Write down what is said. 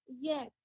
Yes